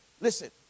listen